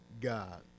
God